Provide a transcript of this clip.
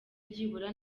byibura